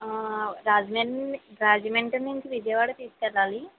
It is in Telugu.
రాజమండ్రి రాజమండ్రి నుంచి విజయవాడ తీసుకెళ్లాలి